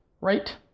right